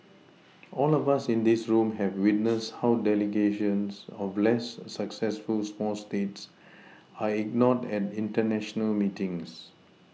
all of us in this room have witnessed how delegations of less successful small States are ignored at international meetings